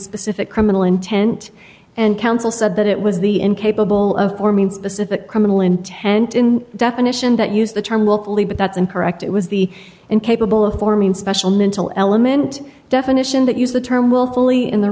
specific criminal intent and counsel said that it was the incapable of forming specific criminal intent in definition that used the term willfully but that's incorrect it was the incapable of forming special mental element definition that used the term willfully in the